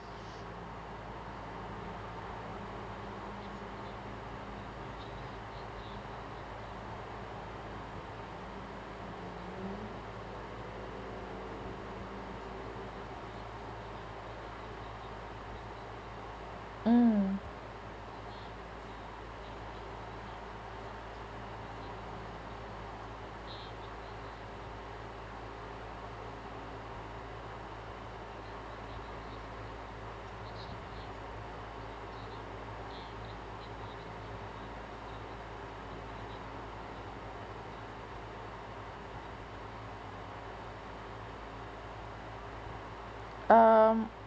mm um